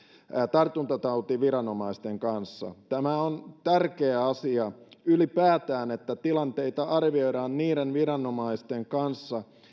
tartuntatautiviranomaisten kanssa tämä on tärkeä asia ylipäätään että tilanteita arvioidaan niiden viranomaisten kanssa